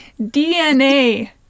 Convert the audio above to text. DNA